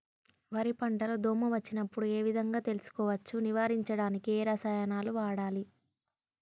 వరి పంట లో దోమ వచ్చినప్పుడు ఏ విధంగా తెలుసుకోవచ్చు? నివారించడానికి ఏ రసాయనాలు వాడాలి?